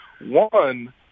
one